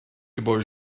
about